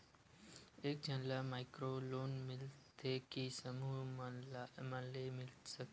एक झन ला माइक्रो लोन मिलथे कि समूह मा ले सकती?